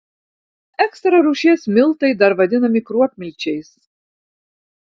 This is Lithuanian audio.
ekstra rūšies miltai dar vadinami kruopmilčiais